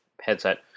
headset